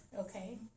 Okay